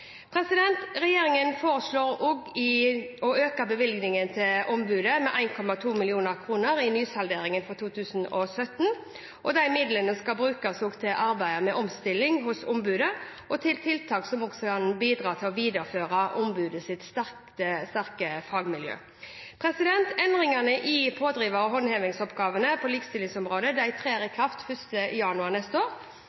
i nysalderingen for 2017, og de midlene skal brukes til arbeidet med omstilling hos ombudet og til tiltak som kan bidra til å videreføre ombudets sterke fagmiljø. Endringene i pådriver- og håndhevingsoppgavene på likestillingsområdet trer i